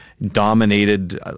Dominated